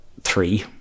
three